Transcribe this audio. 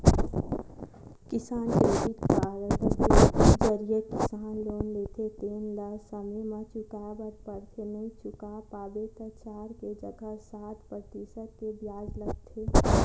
किसान credit card के जरिए किसान लोन लेथे तेन ल समे म चुकाए बर परथे नइ चुका पाबे त चार के जघा म सात परतिसत के बियाज लगथे